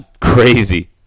Crazy